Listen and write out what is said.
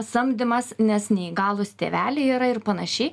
samdymas nes neįgalūs tėveliai yra ir panašiai